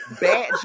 bad